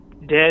dead